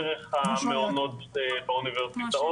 דרך המעונות באוניברסיטאות.